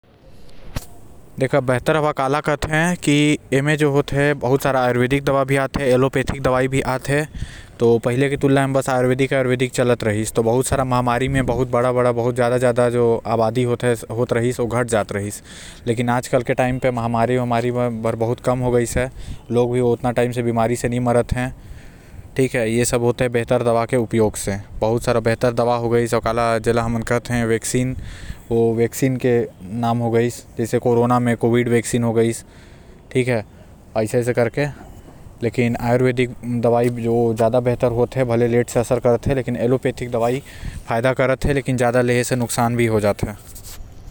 आज के वक्त म पहिले के हिसाब से बहुत अच्छा दवाई के व्यवस्था हो गइस हे काबर की आज मेडिकल साइंस आगे बढ़ गए हे त पहिले जैसे महामारी म बहुत आदमी मन के महामारी म आबादी घट जात रहीस आऊ आज ऐसन नो हे।